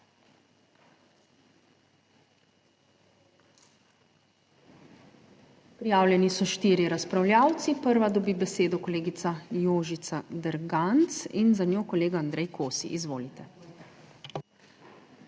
Prijavljeni so štirje razpravljavci. Prva dobi besedo kolegica Jožica Derganc in za njo kolega Andrej Kosi. Izvolite.